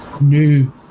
new